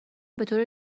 بطور